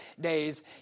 days